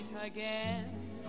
again